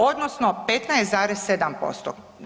Odnosno 15,7%